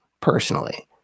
personally